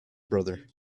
brother